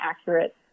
accurate